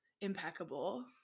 impeccable